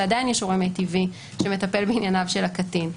ועדיין יש הורה מיטבי שמטפל בענייניו של הקטין,